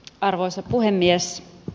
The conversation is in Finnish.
arvoisa puhemies